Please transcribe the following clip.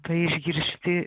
tai išgirsti